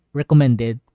recommended